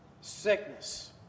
sickness